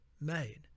made